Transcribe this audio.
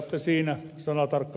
toteatte siinä